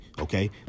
Okay